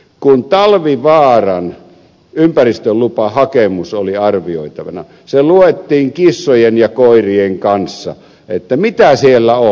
kun talvivaaran ympäristölupahakemus oli arvioitavana se luettiin kissojen ja koirien kanssa mitä siellä on